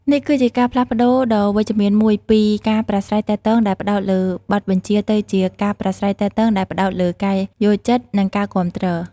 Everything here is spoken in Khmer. នេះគឺជាការផ្លាស់ប្តូរដ៏វិជ្ជមានមួយពី ការប្រាស្រ័យទាក់ទងដែលផ្តោតលើបទបញ្ជាទៅជា ការប្រាស្រ័យទាក់ទងដែលផ្តោតលើការយល់ចិត្ត និងការគាំទ្រ។